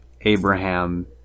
Abraham